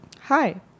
hi